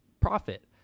profit